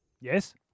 Yes